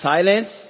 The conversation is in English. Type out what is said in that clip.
Silence